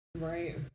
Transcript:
Right